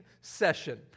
session